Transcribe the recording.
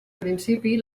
principi